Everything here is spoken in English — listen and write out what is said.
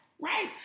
Right